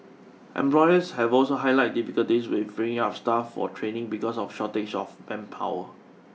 employers have also highlighted difficulties with freeing up staff for training because of shortage of manpower